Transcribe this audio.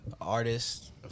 artist